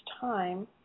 time